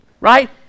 right